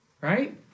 right